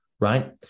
right